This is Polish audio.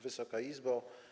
Wysoka Izbo!